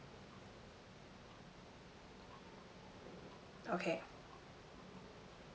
okay